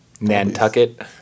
Nantucket